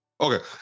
okay